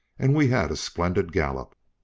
and we had a splendid gallop.